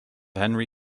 henry